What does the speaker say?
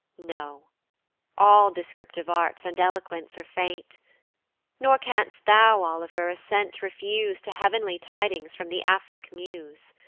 no all descriptive arts, and eloquence are faint nor canst thou, oliver, assent refuse to heav'nly tidings from the afric muse.